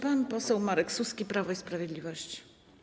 Pan poseł Marek Suski, Prawo i Sprawiedliwość.